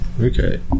Okay